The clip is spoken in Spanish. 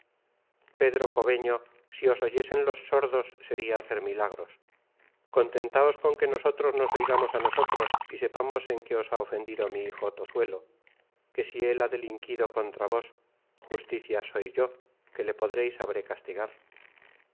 pedro cobeño si os oyesen los sordos sería hacer milagros contentáos con que nosotros nos oigamos á nosotros y sepamos en que os ha ofendido mi hijo tozuelo que si él ha delinquido contra vos justicia soy yo content from google book search generated at que le podré y sabré castigarn